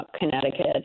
Connecticut